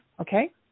Okay